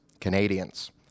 Canadians